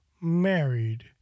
Married